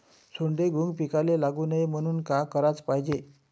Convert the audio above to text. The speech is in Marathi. सोंडे, घुंग पिकाले लागू नये म्हनून का कराच पायजे?